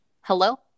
hello